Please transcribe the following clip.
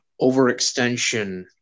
overextension